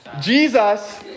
Jesus